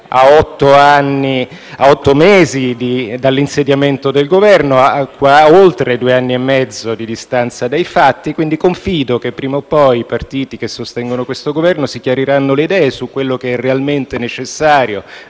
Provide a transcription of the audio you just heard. a otto mesi dall'insediamento del Governo, ed a oltre due anni e mezzo di distanza dai fatti. Confido quindi che prima o poi i partiti che sostengono questo Governo si chiariranno le idee su quello che è realmente necessario